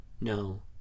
no